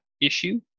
issue